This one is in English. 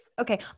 Okay